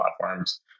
platforms